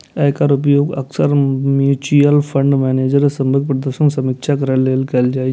एकर उपयोग अक्सर mutual fund manager सभक प्रदर्शनक समीक्षा करै लेल कैल जाइ छै